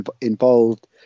involved